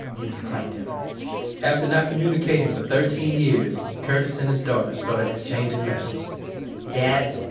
it was quite different after not communicating for thirteen years, curtis and his daughter started exchanging letters dad,